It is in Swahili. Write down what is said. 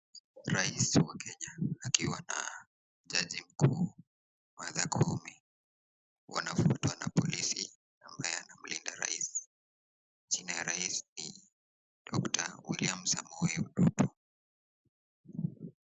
Raisi wa Kenya akiwa na jaji mkuu Martha Koome. Wanavurutwa na polisi ambaye anamlinda raisi. Jina ya raisi ni Dr William Samoi Ruto.